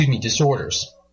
disorders